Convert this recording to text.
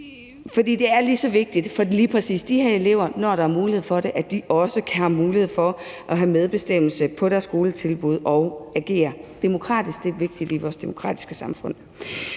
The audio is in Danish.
For det er lige så vigtigt for lige præcis de her elever, når der er mulighed for det, at de også har mulighed for at have medbestemmelse på deres skoletilbud og agere demokratisk. Det er vigtigt i vores demokratiske samfund.